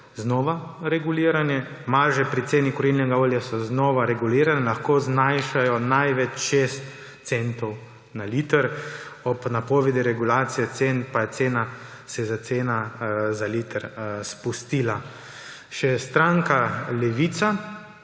znova regulirane. Marže pri ceni kurilnega olja so znova regulirane. Lahko znašajo največ 6 centov na liter, ob napovedi regulacije cen pa se je cena za liter spustila. Še stranka Levica